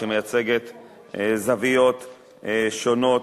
שמייצגת זוויות שונות.